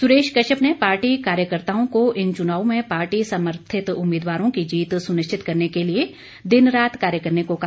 सुरेश कश्यप ने पार्टी कार्यकर्ताओं को इन चुनावों में पार्टी समर्थित उम्मीदवारों की जीत सुनिश्चित करने के लिए दिन रात कार्य करने को कहा